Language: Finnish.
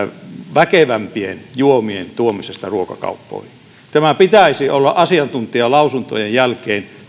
väkevämpien juomien tuomisesta ruokakauppoihin tämän pitäisi olla asiantuntijalausuntojen jälkeen